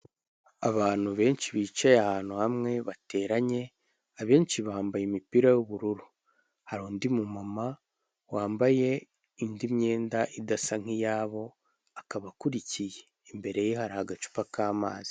Abantu benshi bicaye ahantu hamwe bateranye, abenshi bambaye imipira y'ubururu, hari undi mumama wambaye indi myenda idasa nk'iyabo, akaba akurikiye. Imbere ye hari agacupa k'amazi.